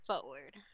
forward